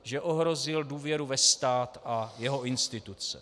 Že ohrozil důvěru ve stát a jeho instituce.